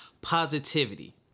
positivity